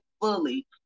fully